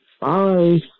Bye